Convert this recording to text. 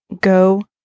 go